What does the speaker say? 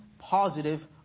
positive